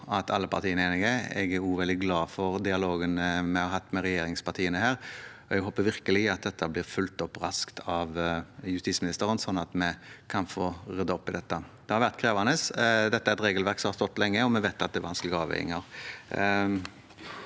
veldig glad for dialogen vi har hatt med regjeringspartiene her, og jeg håper virkelig at dette blir fulgt opp raskt av justisministeren, slik at vi kan få ryddet opp i dette. Det har vært krevende. Dette er et regelverk som har stått lenge, og vi vet at det er vanskelige avveininger.